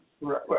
right